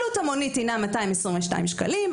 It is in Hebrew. עלות המונית הינה 222 שקלים,